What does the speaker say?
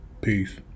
peace